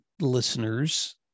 listeners